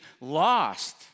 lost